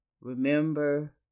Remember